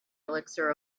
elixir